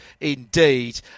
indeed